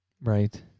Right